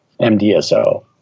MDSO